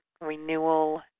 renewal